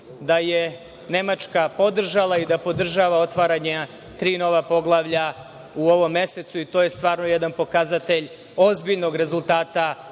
da je Nemačka podržala i da podržava otvaranje tri nova poglavlja u ovom mesecu, i to je stvarno jedan pokazatelj ozbiljnog rezultata